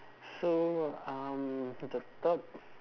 so um the top